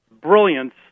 brilliance